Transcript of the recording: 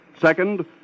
Second